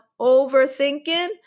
overthinking